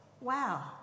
wow